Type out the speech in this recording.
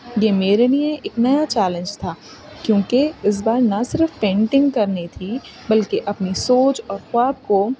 یہ میرے لیے ایک نیا چیلنج تھا کیونکہ اس بار نہ صرف پینٹنگ کرنی تھی بلکہ اپنی سوچ اور خواب کو